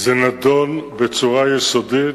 לא בתחומי כפר, אלא שטח שלא עומד עליו שום בית,